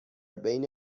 بین